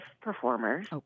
performers